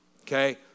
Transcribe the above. okay